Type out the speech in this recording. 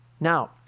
Now